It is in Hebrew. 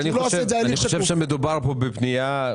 אני חושב שמדובר בפנייה,